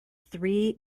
three